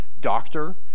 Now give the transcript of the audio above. doctor